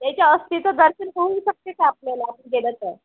त्याच्या अस्थीचं दर्शन होऊ शकते का आपल्याला गेलं तर